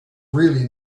really